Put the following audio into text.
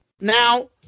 Now